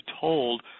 told